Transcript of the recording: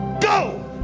go